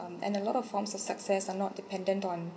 um and a lot of forms of success are not dependent on